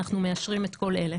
אנחנו מאשרים את כל אלה.